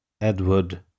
Edward